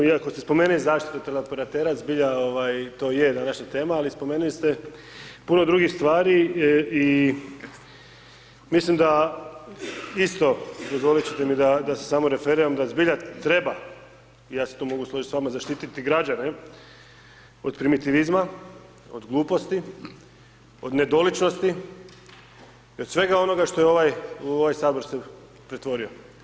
I ako se spomene zaštitu tele operatera, zbilja, to je današnja tema, ali spomenuli ste puno drugih stvari i mislim da isto, dozvoliti ćete mi da se samo referiram da zbilja treba, ja se tu mogu složiti s vama, zaštititi građane od primitivizma, od gluposti, od nedoličnosti i od svega onoga što u ovaj Sabor se pretvorio.